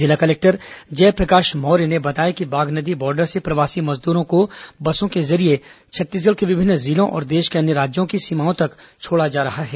जिला कलेक्टर जयप्रकाश मौर्य ने बताया कि बागनदी बार्डर से प्रवासी श्रमिकों को बसों के जरिए छत्तीसगढ़ के विभिन्न जिलों और देश के अन्य राज्यों की सीमाओं तक छोड़ा जा रहा है